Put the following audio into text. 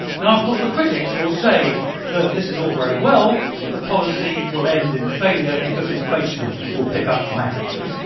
now, of course, the critics will say that this is all very well, but the policy will end in failure because inflation will pick up d ramatically.